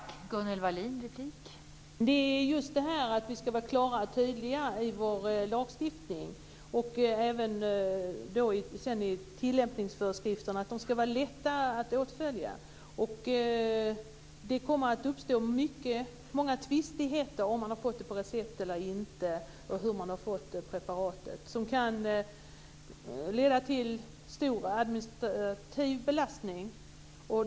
Fru talman! Det gäller just att vi skall vara klara och tydliga i vår lagstiftning, och även att tillämpningsföreskrifterna skall vara lätta att åtfölja. Det kommer att uppstå många tvistigheter när det gäller hur man har fått preparatet - om man har fått det på recept eller inte - som kan leda till stor administrativ belastning.